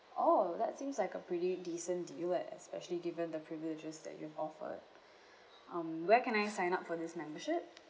oh that seems like a pretty decent deal eh especially given the privileges that you have offered um where can I sign up for this membership